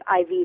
IV